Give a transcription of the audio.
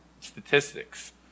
statistics